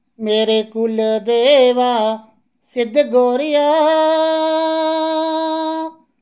मेरे कुलदेवा सिद्ध गोरिया